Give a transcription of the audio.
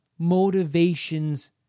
motivations